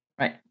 Right